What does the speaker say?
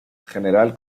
general